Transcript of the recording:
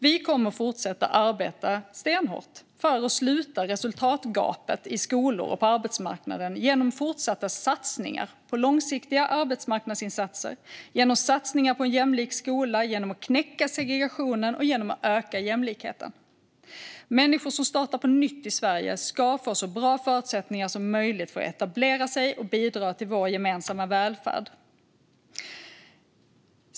Vi kommer att fortsätta arbeta stenhårt för att sluta resultatgapet i skolor och på arbetsmarknaden genom fortsatta satsningar på långsiktiga arbetsmarknadsinsatser, genom satsningar på en jämlik skola, genom att knäcka segregationen och genom att öka jämlikheten. Människor som startar på nytt i Sverige ska få så bra förutsättningar som möjligt för att etablera sig och bidra till vår gemensamma välfärd.